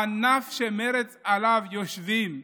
הענף שמרצ יושבים עליו,